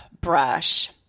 brush